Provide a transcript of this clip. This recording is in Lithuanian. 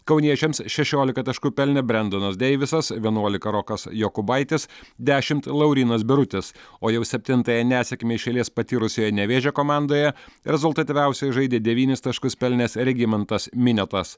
kauniečiams šešiolika taškų pelnė brendonas deivisas vienuolika rokas jokubaitis dešimt laurynas birutis o jau septintąją nesėkmę iš eilės patyrusioje nevėžio komandoje rezultatyviausiai žaidė devynis taškus pelnęs regimantas miniotas